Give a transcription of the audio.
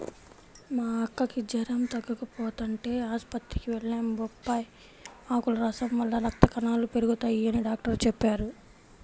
మా అక్కకి జెరం తగ్గకపోతంటే ఆస్పత్రికి వెళ్లాం, బొప్పాయ్ ఆకుల రసం వల్ల రక్త కణాలు పెరగతయ్యని డాక్టరు చెప్పారు